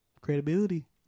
Credibility